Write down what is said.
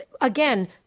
again